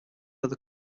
where